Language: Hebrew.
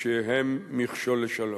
שהם מכשול לשלום.